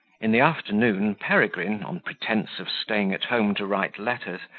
in the afternoon, peregrine, on pretence of staying at home to write letters,